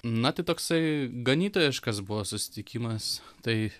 na tai toksai ganytojiškas buvo susitikimas tai